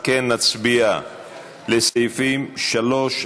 על כן נצביע על סעיפים 3,